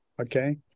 okay